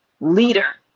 leader